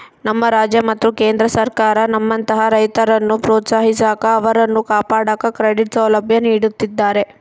ನಮ್ಮ ರಾಜ್ಯ ಮತ್ತು ಕೇಂದ್ರ ಸರ್ಕಾರ ನಮ್ಮಂತಹ ರೈತರನ್ನು ಪ್ರೋತ್ಸಾಹಿಸಾಕ ಅವರನ್ನು ಕಾಪಾಡಾಕ ಕ್ರೆಡಿಟ್ ಸೌಲಭ್ಯ ನೀಡುತ್ತಿದ್ದಾರೆ